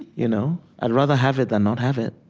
you know i'd rather have it than not have it